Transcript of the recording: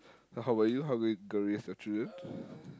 how about you how are you going to raise your children